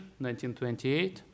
1928